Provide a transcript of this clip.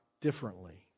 differently